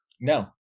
No